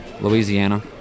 Louisiana